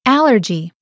Allergy